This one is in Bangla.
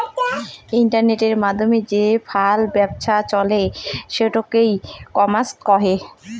ইন্টারনেটের মাধ্যমে যে ফাল ব্যপছা চলে সেটোকে ই কমার্স কহে